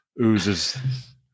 oozes